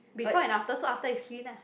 before and after so after is clean ah